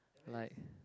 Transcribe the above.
like